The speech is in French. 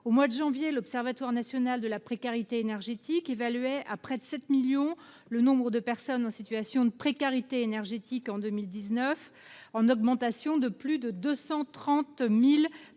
Au mois de janvier dernier, l'Observatoire national de la précarité énergétique évaluait à près de 7 millions le nombre de personnes en situation de précarité énergétique en 2019 ; elles étaient ainsi 230 000 de plus